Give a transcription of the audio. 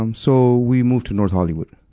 um so, we moved to north hollywood,